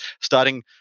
starting